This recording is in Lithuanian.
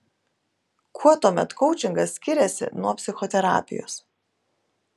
kuo tuomet koučingas skiriasi nuo psichoterapijos